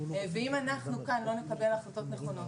אם אנחנו כאן לא נקבל החלטות נכונות,